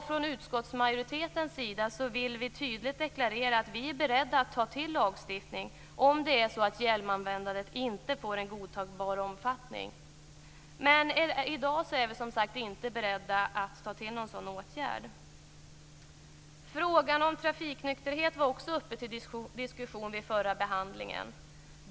Från utskottsmajoritetens sida vill vi tydligt deklarera att vi är beredda att ta till lagstiftning om hjälmanvändandet inte får en godtagbar omfattning. Men i dag är vi, som sagt, inte beredda att ta till någon sådan åtgärd. Frågan om trafiknykterhet var också uppe till diskussion vid den förra behandlingen.